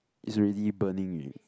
is already burning already